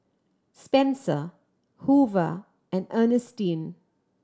Spencer Hoover and Ernestine